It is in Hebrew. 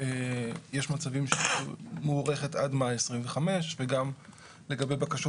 יש מצבים שהיא מוארכת עד מאי 2025 וגם לגבי בקשות